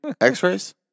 X-rays